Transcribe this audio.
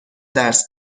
درس